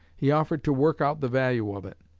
he offered to work out the value of it.